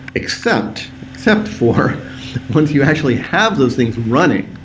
except except for once you actually have those things running,